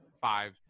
five